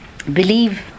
believe